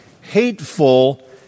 hateful